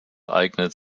eignet